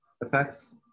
effects